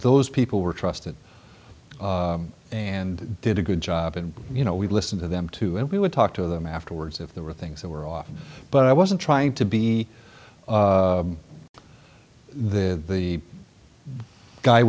those people were trusted and did a good job and you know we listen to them too and we would talk to them afterwards if there were things that were off but i wasn't trying to be the the guy